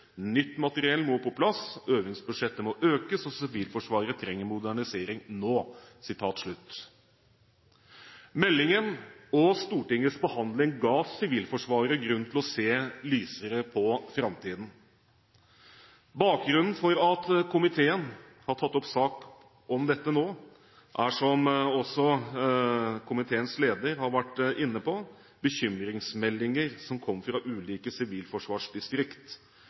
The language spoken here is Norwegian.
Nytt materiell må på plass. Øvingsbudsjettet må økes. Sivilforsvaret trenger modernisering nå.» Meldingen og Stortingets behandling ga Sivilforsvaret grunn til å se lysere på framtiden. Bakgrunnen for at komiteen har tatt opp sak om dette nå, er som også komiteens leder har vært inne på, bekymringsmeldinger som kom fra ulike sivilforsvarsdistrikt.